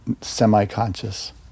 semi-conscious